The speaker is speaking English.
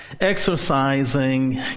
Exercising